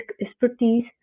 expertise